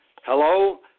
Hello